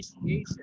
initiation